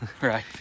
right